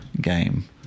game